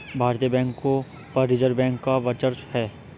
भारतीय बैंकों पर रिजर्व बैंक का वर्चस्व है